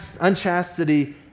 unchastity